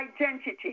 identity